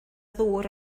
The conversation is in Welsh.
ddŵr